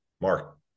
Mark